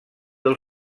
del